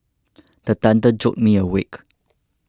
the thunder jolt me awake